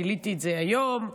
גיליתי את זה היום.